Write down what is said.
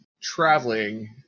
traveling